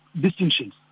distinctions